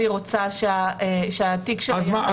והיא רוצה שהתיק -- אז מה,